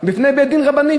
לפני בית-דין רבני,